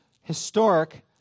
historic